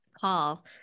call